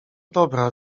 dobra